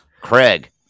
Craig